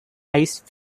ice